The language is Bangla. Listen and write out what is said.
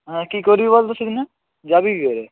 হ্যাঁ কী করবি বল তো সেদিনে যাবি কী করে